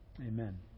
Amen